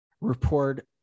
report